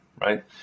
right